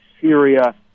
Syria